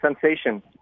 sensation